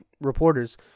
reporters—